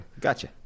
Gotcha